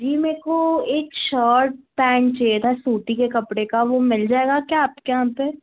जी मेरे को एक शर्ट पैन्ट चाहिए था सूती के कपड़े का वह मिल जाएगा क्या आपके यहाँ पर